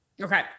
Okay